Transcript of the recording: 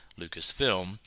Lucasfilm